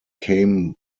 came